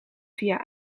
via